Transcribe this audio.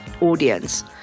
audience